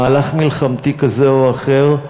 מהלך מלחמתי כזה או אחר,